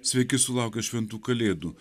sveiki sulaukę šventų kalėdų